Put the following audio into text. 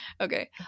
Okay